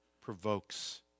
provokes